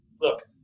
look